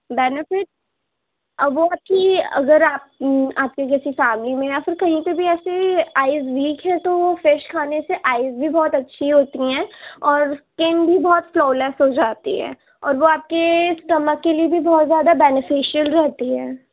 benefit وہ کہ اگر آپ آپ کی جیسے فیملی میں یا پھر کہیں پہ بھی ایسے آئز ویک ہیں تو وہ فش کھانے سے آئز بھی بہت اچھی ہوتی ہیں اور اسکن بھی بہت فلا لیس ہو جاتی ہے اور وہ آپ کے اسٹمک کے لیے بھی بہت زیادہ بینیفشیل رہتی ہے